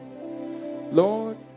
Lord